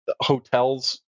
hotels